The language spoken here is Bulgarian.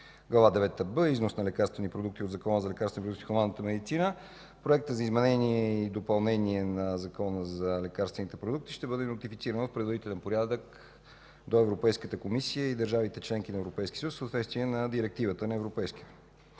Глава 9б „Износ на лекарствени продукти” от Закона за лекарствените продукти в хуманната медицина. Законопроектът за изменение и допълнение на Закона за лекарствените продукти ще бъде нотифициран в предварителен порядък до Европейската комисия и държавите – членки на Европейския съюз, в съответствие на Директивата на Европейския